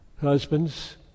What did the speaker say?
Husbands